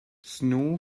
snow